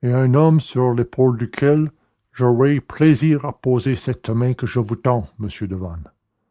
et un homme sur l'épaule duquel j'aurai plaisir à poser cette main que je vous tends monsieur devanne